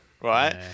Right